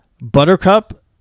buttercup